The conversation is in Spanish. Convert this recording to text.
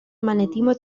magnetismo